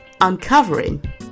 uncovering